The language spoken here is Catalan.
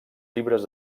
llibres